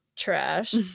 Trash